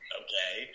okay